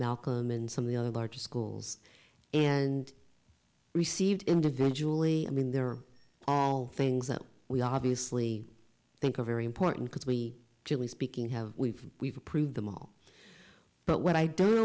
melcombe and some of the other larger schools and received individually i mean there are all things that we obviously think are very important because we really speaking have we've we've approved them all but what i don't